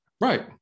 Right